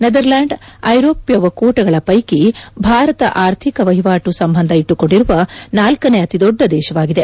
Netherland ಐರೋಷ್ನ ಒಕ್ಕೂಟಗಳ ಪ್ಲೆಕಿ ಭಾರತ ಅರ್ಥಿಕ ವಹಿವಾಟು ಸಂಬಂಧ ಇಟ್ಸಕೊಂಡಿರುವ ನಾಲ್ಲನೇ ಅತಿ ದೊಡ್ಡ ದೇಶವಾಗಿದೆ